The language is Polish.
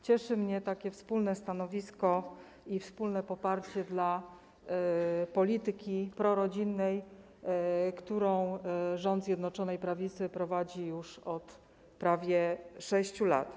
Cieszy mnie takie wspólne stanowisko i wspólne poparcie dla polityki prorodzinnej, którą rząd Zjednoczonej Prawicy prowadzi już od prawie 6 lat.